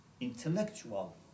intellectual